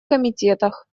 комитетах